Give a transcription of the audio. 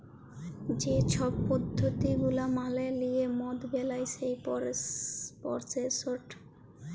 যে ছব পদ্ধতি গুলা মালে লিঁয়ে মদ বেলায় সেই পরসেসট